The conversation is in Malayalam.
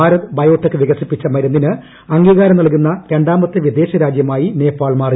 ഭാരത് ബയോ ടെക് വികസിപ്പിച്ച മരുന്നിന് അംഗീകാരം നൽകുന്ന രണ്ടാമത്തെ വിദേശരാജ്യമായി നേപ്പാൾ മാറി